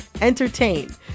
entertain